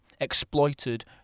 exploited